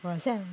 我 accept